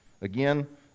Again